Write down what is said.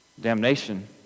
damnation